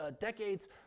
decades